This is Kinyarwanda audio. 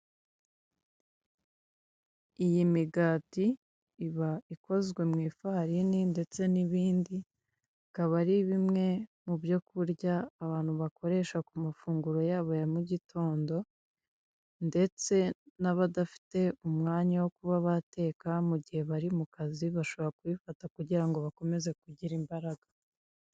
Iyi migati iba ikozwe mu ifarini ndetse n'ibindi, bikaba ari bimwe mu byo kurya abantu bakoresha ku mafunguro yabo ya mu gitondo ndetse n'abadafite umwanya wo kuba bateka mu gihe bari mu kazi, bashobora kuyifata kugirango bakomeze kugira imbaraga.